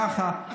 ככה,